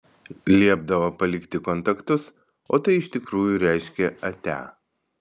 liepdavo palikti kontaktus o tai iš tikrųjų reiškė atia